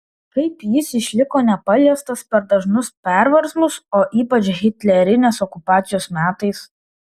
kaip jis išliko nepaliestas per dažnus perversmus o ypač hitlerinės okupacijos metais